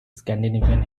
scandinavian